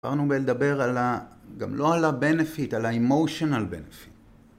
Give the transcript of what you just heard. דיברנו לדבר גם לא על ה-benefit, על ה-emotional benefit.